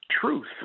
truth